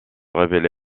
révélé